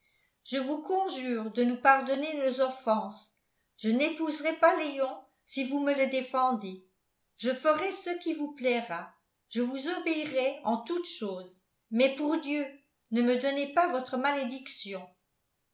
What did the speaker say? je vous conjure de nous pardonner nos offenses je n'épouserai pas léon si vous me le défendez je ferai ce qui vous plaira je vous obéirai en toutes choses mais pour dieu ne me donnez pas votre malédiction